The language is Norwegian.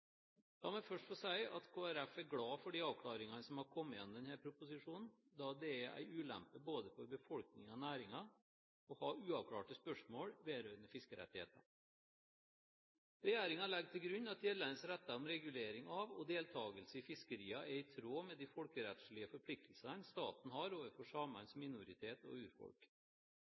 at Kristelig Folkeparti er glad for de avklaringene som er kommet gjennom denne proposisjonen, da det er en ulempe både for befolkningen og næringen å ha uavklarte spørsmål vedrørende fiskerettigheter. Regjeringen legger til grunn at gjeldende regler om regulering av og deltakelse i fiskeriene er i tråd med de folkerettslige forpliktelsene staten har overfor samene som minoritet og urfolk.